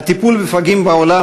הטיפול בפגים בעולם,